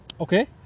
okay